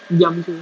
diam jer